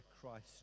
Christ